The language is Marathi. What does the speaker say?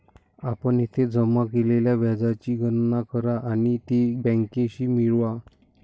आपण येथे जमा केलेल्या व्याजाची गणना करा आणि ती बँकेशी मिळवा